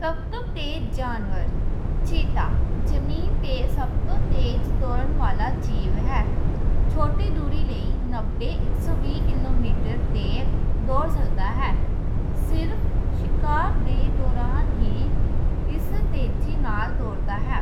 سب توں تیز جانور چیتا، زمین تے سب توں تیز دوڑن والا جیو ہے۔ چھوٹی دوری لئی ایک سو وی کلو میٹر تے دوڑ سکدا ہے۔ صرف شکار دے دوران ہی اس تیزی نال دوڑدا ہے۔